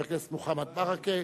חבר הכנסת מוחמד ברכה.